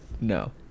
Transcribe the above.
No